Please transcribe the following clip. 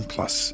Plus